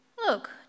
Look